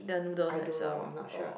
I don't know I'm not sure